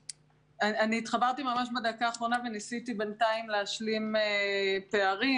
התחברתי ממש בדקה האחרונה וניסיתי בינתיים להשלים פערים.